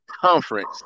conference